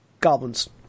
goblins